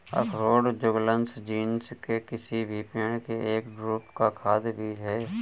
अखरोट Juglans genus के किसी भी पेड़ के एक ड्रूप का खाद्य बीज है